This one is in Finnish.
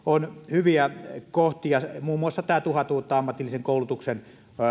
hyviä kohtia muun muassa tämä tuhat uutta ammatillisen koulutuksen